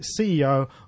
CEO